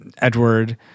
edward